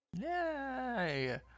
Yay